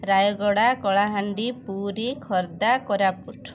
Rayagada Kalahandi Puri Khordha Koraput